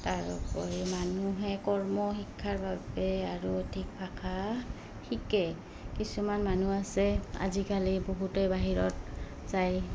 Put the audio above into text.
তাৰোপৰি মানুহে কৰ্ম শিক্ষাৰ বাবে আৰু অধিক ভাষা শিকে কিছুমান মানুহ আছে আজিকালি বহুতেই বাহিৰত যায়